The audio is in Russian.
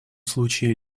случае